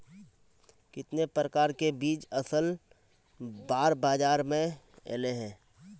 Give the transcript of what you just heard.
कितने प्रकार के बीज असल बार बाजार में ऐले है?